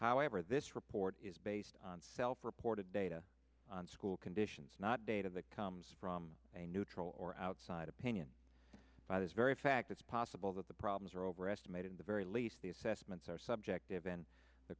however this report is based on self reported data on school conditions not data that comes from a neutral or outside opinion by this very fact it's possible that the problems are overestimated in the very least the assessments are subjective and the